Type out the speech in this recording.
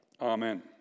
Amen